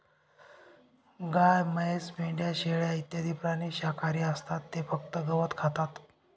गाय, म्हैस, मेंढ्या, शेळ्या इत्यादी प्राणी शाकाहारी असतात ते फक्त गवत खातात